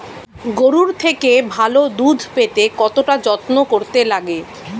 গরুর থেকে ভালো দুধ পেতে কতটা যত্ন করতে লাগে